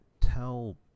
tell